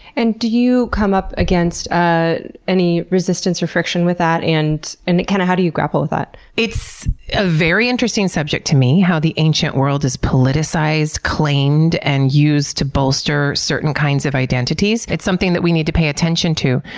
and do you come up against ah any resistance or friction with that, and and kind of how do you grapple with that? it's a very interesting subject to me, how the ancient world is politicized, claimed, and used to bolster certain kinds of identities. it's something that we need to pay attention to.